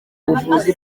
buvuzi